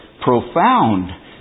profound